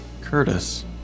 Curtis